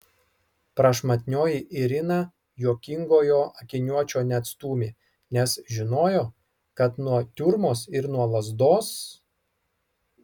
prašmatnioji irina juokingojo akiniuočio neatstūmė nes žinojo kad nuo tiurmos ir nuo lazdos